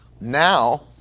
Now